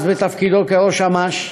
אז בתפקידו כראש אמ"ש,